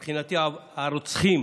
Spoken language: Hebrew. מבחינתי, הרוצחים